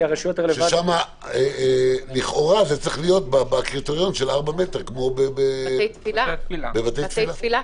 שם לכאורה זה צריך להיות בקריטריון של ארבעה מטרים כמו בתי תפילה.